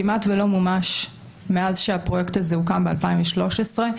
כמעט ולא מומש מאז שהפרויקט הזה הוקם ב-2013.